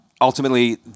ultimately